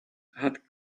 had